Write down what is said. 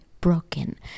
broken